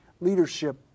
leadership